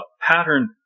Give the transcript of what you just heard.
pattern